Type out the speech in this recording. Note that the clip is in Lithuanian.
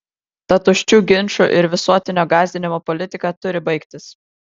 ta tuščių ginčų ir visuotinio gąsdinimo politika turi baigtis